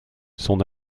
son